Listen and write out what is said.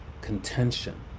contention